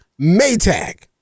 Maytag